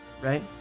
right